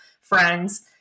friends